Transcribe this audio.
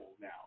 now